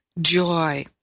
joy